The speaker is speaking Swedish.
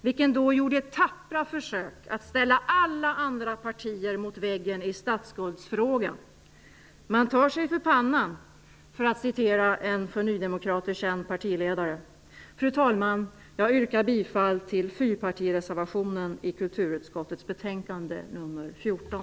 Han gjorde då tappra försök att ställa alla andra partier mot väggen i statsskuldsfrågan. Man tar sig för pannan, för att citera en för nydemokrater känd partiledare. Fru talman! Jag yrkar bifall till fyrpartireservationen i kulturutskottets betänkande nummer 14.